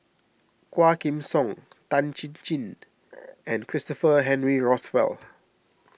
Quah Kim Song Tan Chin Chin and Christopher Henry Rothwell